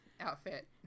outfit